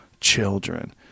children